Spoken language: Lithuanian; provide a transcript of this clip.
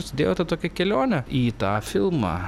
sudėjo tą tokią kelionę į tą filmą